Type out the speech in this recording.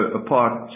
apart